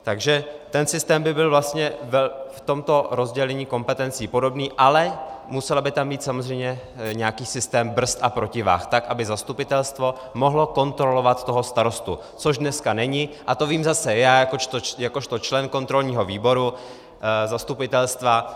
Takže ten systém by byl vlastně v tomto rozdělení kompetencí podobný, ale musel by tam být samozřejmě nějaký systém brzd a protiváh, aby zastupitelstvo mohlo kontrolovat toho starostu, což dneska není, a to vím zase já jakožto člen kontrolního výboru zastupitelstva.